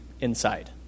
inside